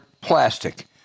plastic